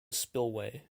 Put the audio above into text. spillway